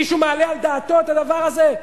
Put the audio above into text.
מישהו מעלה על דעתו את הדבר הזה?